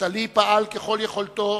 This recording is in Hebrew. נפתלי פעל ככל יכולתו